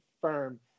firm